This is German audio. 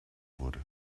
wurde